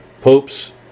popes